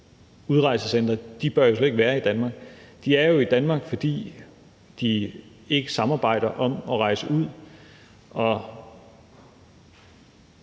udrejsecentre, slet ikke bør være i Danmark. De er jo i Danmark, fordi de ikke samarbejder om at rejse ud, og